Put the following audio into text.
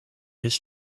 his